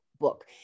book